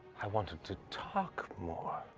i wanted to talk more.